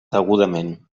degudament